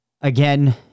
Again